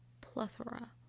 Plethora